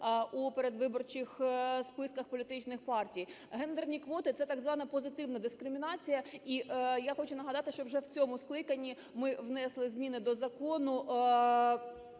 у передвиборчих списках політичних партій. Гендерні квоти - це так звана позитивна дискримінація. І я хочу нагадати, що вже в цьому скликанні ми внесли зміни до Закону